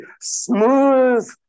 smooth